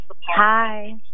Hi